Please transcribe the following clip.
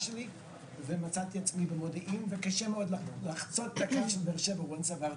שלי ומצאתי את עצמי במודיעין וקשה מאוד לחצות את הקו של באר שבע - מרכז.